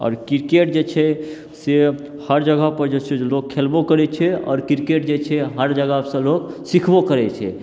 आओर क्रिकेट जे छै से हर जगह पर जे छै से लोक खेलबो करैत छै आओर क्रिकेट जे छै हर जगहसँ लोक सिखबो करैत छै